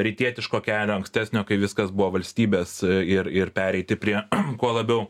rytietiško kelio ankstesnio kai viskas buvo valstybės ir ir pereiti prie kuo labiau